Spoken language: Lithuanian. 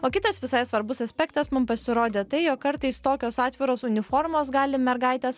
o kitas visai svarbus aspektas mum pasirodė tai jog kartais tokios atviros uniformos gali mergaites